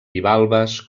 bivalves